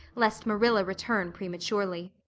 lest marilla return prematurely.